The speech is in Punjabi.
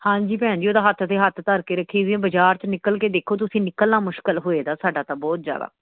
ਹਾਂਜੀ ਭੈਣ ਜੀ ਉਹ ਤਾਂ ਹੱਥ 'ਤੇ ਹੱਥ ਧਰ ਕੇ ਰੱਖੀ ਵੀ ਹੈ ਬਜ਼ਾਰ 'ਚ ਨਿਕਲ ਕੇ ਦੇਖੋ ਤੁਸੀਂ ਨਿਕਲਣਾ ਮੁਸ਼ਕਿਲ ਹੋਏ ਦਾ ਸਾਡਾ ਤਾਂ ਬਹੁਤ ਜ਼ਿਆਦਾ